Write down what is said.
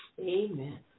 Amen